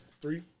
three